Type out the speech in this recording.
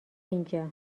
اینجا